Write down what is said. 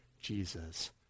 Jesus